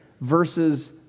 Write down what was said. versus